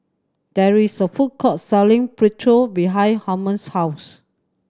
there is a food court selling Burrito behind Holmes' house